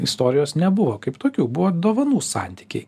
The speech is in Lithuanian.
istorijos nebuvo kaip tokių buvo dovanų santykiai